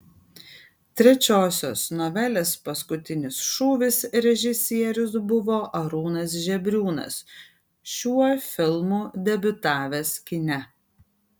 trečiosios novelės paskutinis šūvis režisierius buvo arūnas žebriūnas šiuo filmu debiutavęs kine